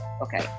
okay